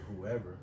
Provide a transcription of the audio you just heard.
whoever